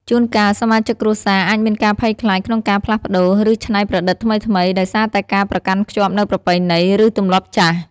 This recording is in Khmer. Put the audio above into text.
ជួនកាល សមាជិកគ្រួសារអាចមានការភ័យខ្លាចក្នុងការផ្លាស់ប្តូរ ឬច្នៃប្រឌិតថ្មីៗ ដោយសារតែការប្រកាន់ខ្ជាប់នូវប្រពៃណី ឬទម្លាប់ចាស់។